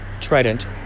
Trident